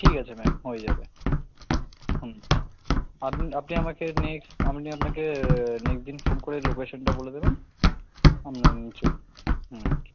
ঠিক আছে ম্যাম হয়ে যাবে হুম আপনি আপনি আমাকে নেক্সট আমনি আমাকে নেক্সট দিন ফোন করে লোকেশনটা বলে দেবেন আপনার আচ্ছা হুম